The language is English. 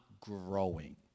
growing